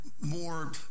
more